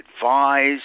advised